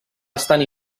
estan